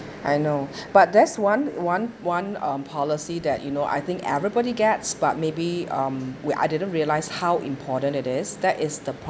I know but that's one one one uh policy that you know I think everybody gets but maybe um we I didn't realise how important it is that is the